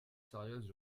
sérieuse